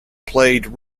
played